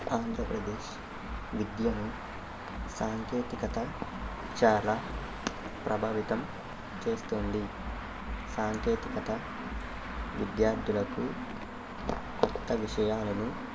ఆంధ్ర ప్రదేశ్త్ విద్యను సాంకేతికత చాలా ప్రభావితం చేస్తుంది సాంకేతికత విద్యార్థులకు కొత్త విషయాలను